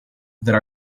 that